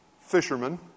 fishermen